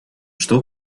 жду